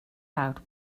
out